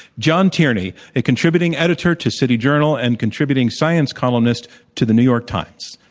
john tierney, a contributing editor to city journal and contributing science columnist to the new york times.